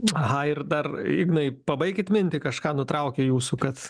aha ir dar ignai pabaikit mintį kažką nutraukė jūsų kad